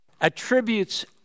attributes